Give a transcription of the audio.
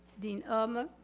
dean ulmer?